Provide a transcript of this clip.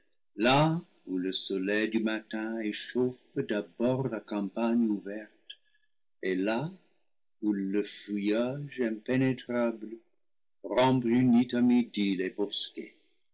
là où le soleil du matin échauffe d'abord la campagne ouverte et là où le